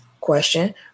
question